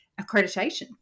accreditation